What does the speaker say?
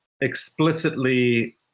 explicitly